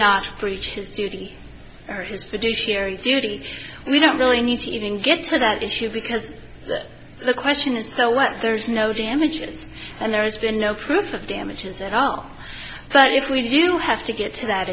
not breach his duty or his fiduciary duty we don't really need to even get to that issue because the question is so when there's no damages and there has been no proof of damages that are but if we do have to get to that